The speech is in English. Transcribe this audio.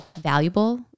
valuable